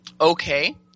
Okay